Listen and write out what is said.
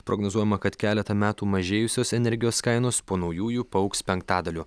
prognozuojama kad keletą metų mažėjusios energijos kainos po naujųjų paaugs penktadaliu